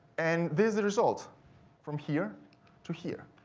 and this is the result from here to here,